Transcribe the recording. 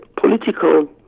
political